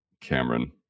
Cameron